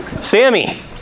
Sammy